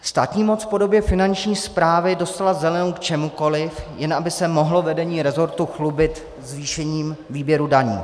Státní moc v podobě Finanční správy dostala zelenou k čemukoliv, jen aby se mohlo vedení rezortu chlubit zvýšením výběru daní.